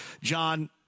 John